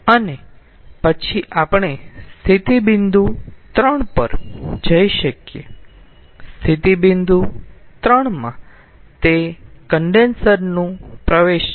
અને પછી આપણે સ્થિતિ બિંદુ 3 પર જઈ શકીએ સ્થિતિ બિંદુ 3 માં તે કન્ડેન્સર નું પ્રવેશ છે